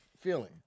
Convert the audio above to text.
feeling